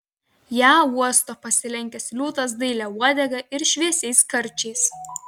ją uosto pasilenkęs liūtas dailia uodega ir šviesiais karčiais